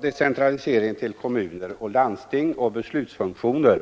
decentralisering till kommuner och landsting i fråga om beslutsfunktioner.